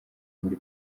muri